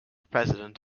president